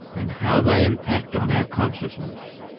and how they impact on our consciousness.